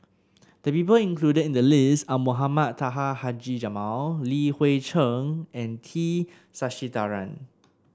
the people included in the list are Mohamed Taha Haji Jamil Li Hui Cheng and T Sasitharan